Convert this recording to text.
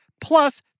plus